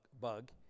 bug